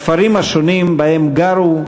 בכפרים השונים שבהם גרו,